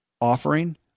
offering